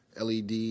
LED